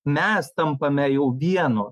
mes tampame jau vienu